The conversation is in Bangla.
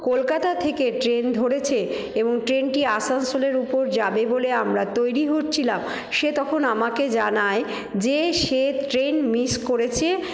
কলকাতা থেকে ট্রেন ধরেছে এবং ট্রেনটি আসানসোলের ওপর যাবে বলে আমরা তৈরি হচ্ছিলাম সে তখন আমাকে জানায় যে সে ট্রেন মিস করেছে